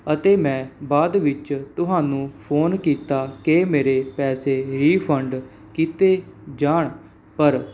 ਅਤੇ ਮੈਂ ਬਾਅਦ ਵਿੱਚ ਤੁਹਾਨੂੰ ਫੋਨ ਕੀਤਾ ਕਿ ਮੇਰੇ ਪੈਸੇ ਰੀਫੰਡ ਕੀਤੇ ਜਾਣ ਪਰ